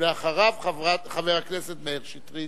ואחריו, חבר הכנסת מאיר שטרית.